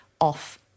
off